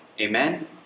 Amen